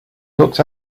looked